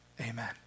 Amen